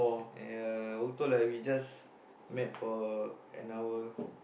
ya although we just met for like an hour